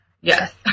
Yes